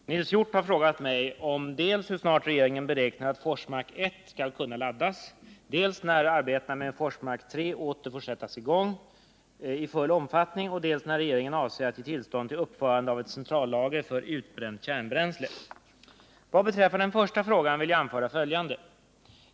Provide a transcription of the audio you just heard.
Herr talman! Nils Hjorth har frågat mig dels hur snart regeringen beräknar att Forsmark 1 skall kunna laddas, dels när arbetena med Forsmark 3 åter får sättas i gång i full omfattning och dels när regeringen avser att ge tillstånd till uppförande av ett centrallager för utbränt kärnbränsle. Vad beträffar den första frågan vill jag anföra följande.